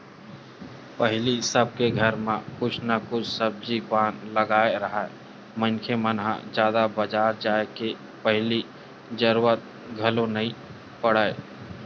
पहिली सबे घर म कुछु न कुछु सब्जी पान लगाए राहय मनखे मन ह जादा बजार जाय के पहिली जरुरत घलोक नइ पड़य